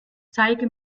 zeige